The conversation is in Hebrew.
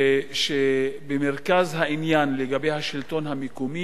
ושבמרכז העניין לגבי השלטון המקומי,